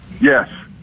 Yes